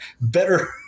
better